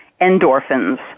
endorphins